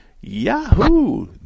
yahoo